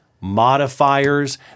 modifiers